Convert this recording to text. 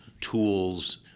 tools